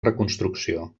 reconstrucció